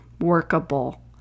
workable